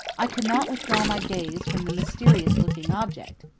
i could not withdraw my gaze from the mysterious looking object.